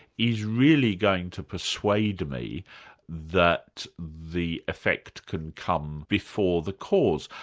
is really going to persuade me that the effect can come before the cause.